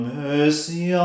mercy